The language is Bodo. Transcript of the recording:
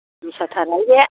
मिसाथारहाय बे